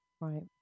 Right